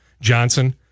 Johnson